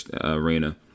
arena